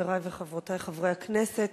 חברי וחברותי חברי הכנסת,